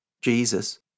Jesus